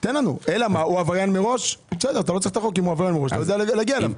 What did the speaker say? הוא עבריין מראש אז אתה יודע להגיע אליו.